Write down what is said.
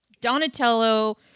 donatello